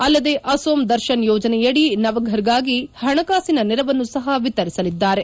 ಅಲ್ಲದೆ ಅಸೊಮ್ ದರ್ಶನ್ ಯೋಜನೆಯಡಿ ನವಘರ್ಗಾಗಿ ಪಣಕಾಸಿನ ನೆರವನ್ನು ಸಹ ವಿತರಿಸಲಿದ್ದಾರೆ